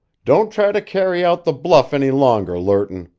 don't try to carry out the bluff any longer, lerton.